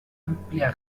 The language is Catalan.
àmplia